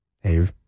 Hey